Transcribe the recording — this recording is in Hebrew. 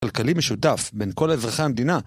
כלכלי משותף, בין כל אזרחי המדינה